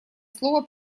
слово